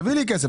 הוא מבקש כסף,